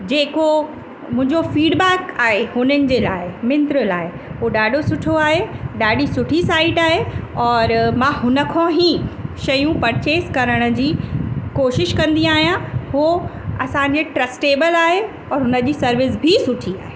जेको मुंहिंजो फ़ीडबैक आहे उननि जे लाइ मिंत्र लाइ हू ॾाढो सुठो आहे ॾाढी सुठी साइट आहे और मां हुन खां ई शयूं पर्चेज़ करण जी कोशिश कंदी आहियां उहो असांजे ट्र्स्टेबल आहे और हुनजी सर्विस बि सुठी आहे